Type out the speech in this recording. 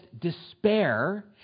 despair